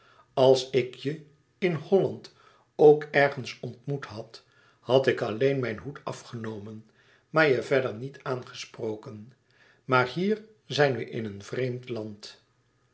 als ik je in holland ook ergens ontmoet had had ik alleen mijn hoed afgenomen maar je verder niet aangesproken maar hier zijn we in een vreemd land